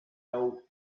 nou